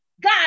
God